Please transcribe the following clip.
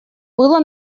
было